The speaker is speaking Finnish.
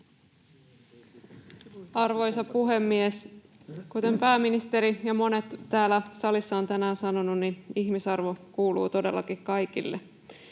Arvoisa puhemies! Kuten pääministeri ja monet täällä salissa ovat tänään sanoneet, ihmisarvo kuuluu todellakin kaikille.